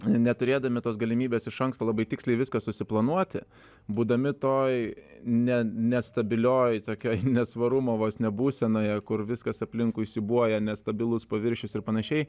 neturėdami tos galimybės iš anksto labai tiksliai viską susiplanuoti būdami toj ne nestabilioj takioj nesvarumo vos ne būsenoje kur viskas aplinkui siūbuoja nestabilus paviršius ir panašiai